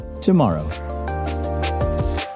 tomorrow